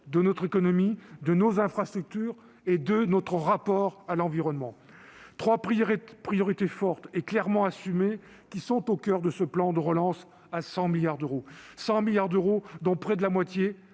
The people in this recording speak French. de notre économie, de nos infrastructures et de notre rapport à l'environnement. Ces trois priorités fortes et clairement assumées sont au coeur de ce plan de relance à 100 milliards d'euros, dont près de la moitié